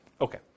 Okay